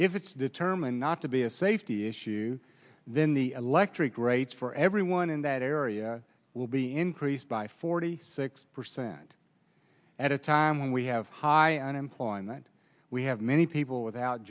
if it's determined not to be a safety issue then the electric rates for everyone in that area will be increased by forty six percent at a time when we have high unemployment we have many people without